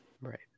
Right